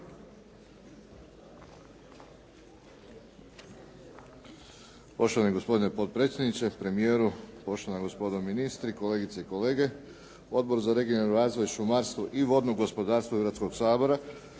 Poštovani gospodine potpredsjedniče, premijeru, poštovana gospodo ministri, kolegice i kolege. Odbor za regionalni razvoj, šumarstvo i vodno gospodarstvo Hrvatskog sabora,